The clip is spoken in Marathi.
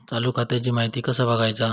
चालू खात्याची माहिती कसा बगायचा?